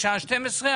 בשעה 12:00,